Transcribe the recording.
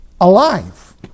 alive